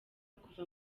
kuva